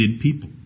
people